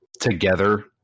together